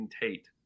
Tate